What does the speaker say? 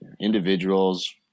individuals